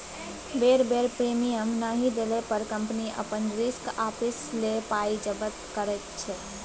बेर बेर प्रीमियम नहि देला पर कंपनी अपन रिस्क आपिस लए पाइ जब्त करैत छै